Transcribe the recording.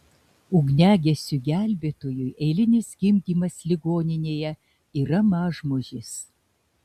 ugniagesiui gelbėtojui eilinis gimdymas ligoninėje yra mažmožis